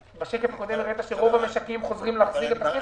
בשקף הקודם הראית שרוב המשקים חוזרים להחזיר את הכסף.